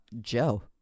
Joe